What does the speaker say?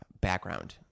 background